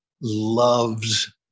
loves